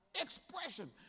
expression